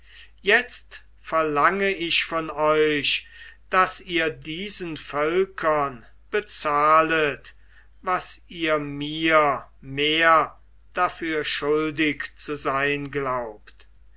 jetzt verlange ich von euch daß ihr diesen völkern bezahlet was ihr mir mehr dafür schuldig zu sein glaubt